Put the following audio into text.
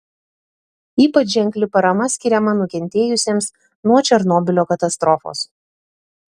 ypač ženkli parama skiriama nukentėjusiems nuo černobylio katastrofos